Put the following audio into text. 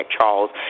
Charles